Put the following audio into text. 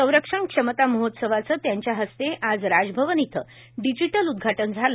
संरक्षण क्षमता महोत्सवाच सक्षम त्यांच्या हस्ते आज राजभवन येथे डिजिटल उद्घाटन झाले